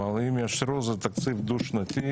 אבל אם יאשרו זה תקציב דו שנתי,